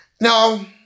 Now